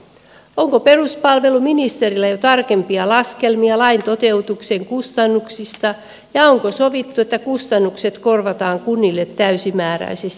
onko peruspalveluministerillä jo tarkempia laskelmia lain toteutuksen kustannuksista ja onko sovittu että kustannukset korvataan kunnille täysimääräisesti